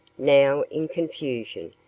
now in confusion,